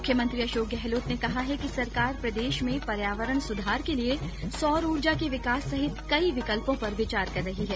मुख्यमंत्री अशोक गहलोत ने कहा है कि सरकार प्रदेश में पर्यावरण सुधार के लिये सौर ऊर्जा के विकास सहित कई विकल्पों पर विचार कर रही है